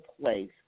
place